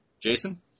jason